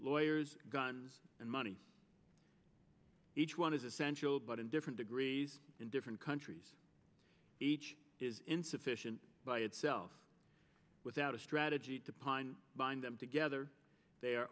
lawyers guns and money each one is essential but in different degrees in different countries each is insufficient by itself without a strategy to pine bind them together they are